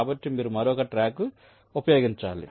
కాబట్టి మీరు మరొక ట్రాక్ ఉపయోగించాలి